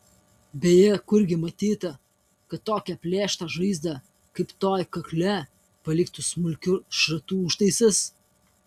beje kurgi matyta kad tokią plėštą žaizdą kaip toji kakle paliktų smulkių šratų užtaisas